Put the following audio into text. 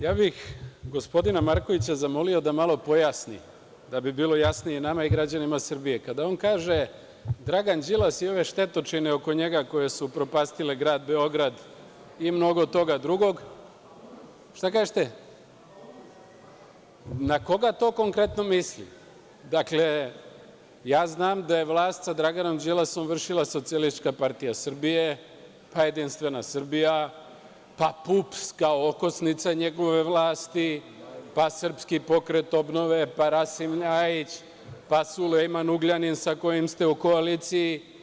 Ja bih gospodina Markovića zamolio da malo pojasni, da bi bilo jasnije nama i građanima Srbije, kada on kaže Dragan Đilas i ove štetočine oko njega koje su upropastile grad Beograd i mnogo toga drugog, na koga to konkretno misli? (Aleksandar Marković: Na Paunovića iz Paraćina.) Dakle, ja znam da je vlast sa Draganom Đilasom vršila SPS, pa JS, pa PUPS, kao okosnica njegove vlasti, pa SPO, pa Rasim Ljajić, pa Sulejman Ugljanin, sa kojim ste u koaliciji.